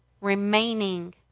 remaining